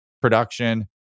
production